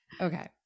Okay